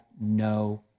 no